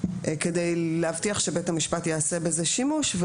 כדי להבטיח שבית המשפט יעשה בזה שימוש.